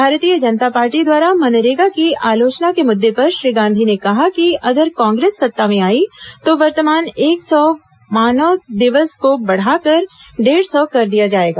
भारतीय जनता पार्टी द्वारा मनरेगा की आलोचना के मुद्दे पर श्री गांधी ने कहा कि अगर कांग्रेस सत्ता में आई तो वर्तमान एक सौ मानव दिवस को बढ़ाकर डेढ़ सौ कर दिया जाएगा